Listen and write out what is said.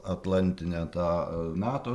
atlantinę tą nato